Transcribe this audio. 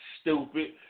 Stupid